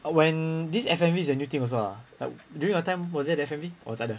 when this F_M_V is a new thing also ah like during out time was it F_M_V or tak ada